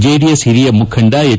JDS ಹಿರಿಯ ಮುಖಂಡ H